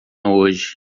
hoje